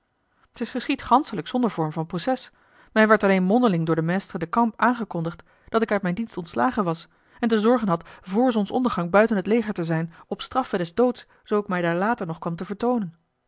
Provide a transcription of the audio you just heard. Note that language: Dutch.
geschied ganschelijk zonder forme van proces mij werd alleen mondeling door den maistre de camp aangekondigd dat ik uit mijn dienst ontslagen was en te zorgen had vr zonsondergang buiten het leger te zijn op straffe des doods zoo ik mij daar later nog kwam te vertoonen